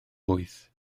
wyth